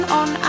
on